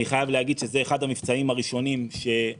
אני חייב להגיד שזה אחד המבצעים הראשונים שהתקנות